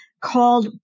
called